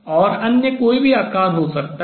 और अन्य कोई भी आकार हो सकता है